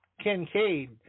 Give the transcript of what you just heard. Kincaid